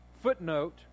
footnote